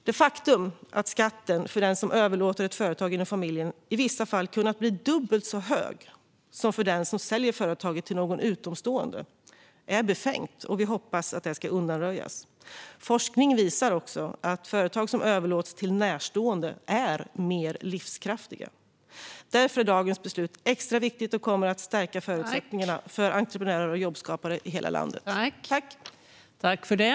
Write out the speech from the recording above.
Det faktum att skatten för den som överlåter ett företag inom familjen i vissa fall kunnat bli dubbelt så hög som för den som säljer företaget till någon utomstående är befängt. Vi hoppas att det ska undanröjas. Forskning visar också att företag som överlåts till närstående är mer livskraftiga. Därför är dagens beslut extra viktigt och kommer att stärka förutsättningarna för entreprenörer och jobbskapare i hela landet.